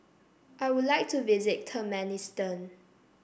I would like to visit Turkmenistan